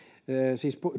siis